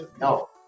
no